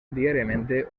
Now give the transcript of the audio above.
diariamente